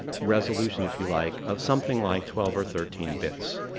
resolution, if you like, of something like twelve or thirteen bits.